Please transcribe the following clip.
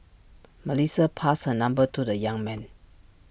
Melissa passed her number to the young man